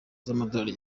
z’amadorali